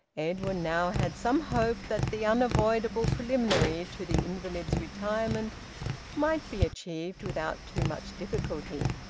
edwin now had some hope that the unavoidable preliminary to the invalid's retirement might be achieved without too much difficulty.